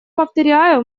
повторяю